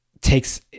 takes